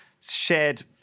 shared